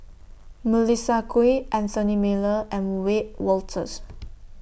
Melissa Kwee Anthony Miller and Wiebe Wolters